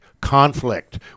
conflict